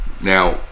now